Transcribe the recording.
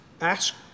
ask